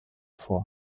vor